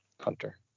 Hunter